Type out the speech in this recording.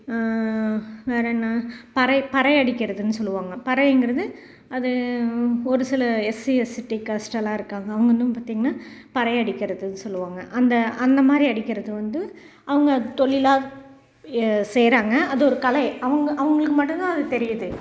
வேற என்ன பறை பறை அடிக்கிறதுன்னு சொல்லுவாங்க பறையிங்கிறது அது ஒரு சில எஸ்சி எஸ்ஸிடி கேஸ்ட் எல்லாம் இருக்காங்க அவங்களும் பார்த்திங்கன்னா பறை அடிக்கிறதுன்னு சொல்லுவாங்க அந்த அந்த மாதிரி அடிக்கிறது வந்து அவங்க தொழிலாக ஏ செய்கிறாங்க அது ஒரு கலை அவங்க அவங்களுக்கு மட்டுந்தான் அது தெரியுது